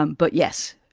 um but yes,